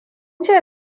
ce